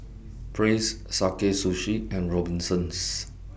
Praise Sakae Sushi and Robinsons